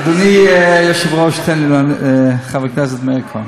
אדוני היושב-ראש, חבר הכנסת מאיר כהן,